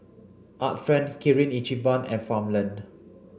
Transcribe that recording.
Art Friend Kirin Ichiban and Farmland